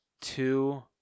Two